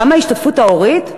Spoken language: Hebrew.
כמה היא ההשתתפות ההורית?